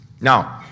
Now